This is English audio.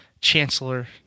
Chancellor